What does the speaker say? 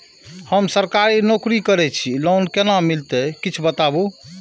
हम सरकारी नौकरी करै छी लोन केना मिलते कीछ बताबु?